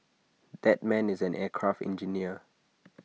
that man is an aircraft engineer